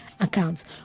accounts